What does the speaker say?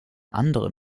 andere